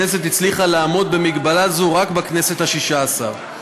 הכנסת הצליחה לעמוד במגבלה זו רק בכנסת השש-עשרה.